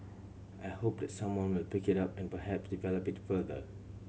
I hope that someone will pick it up and perhaps develop it further